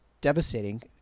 devastating